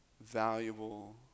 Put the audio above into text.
valuable